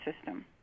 system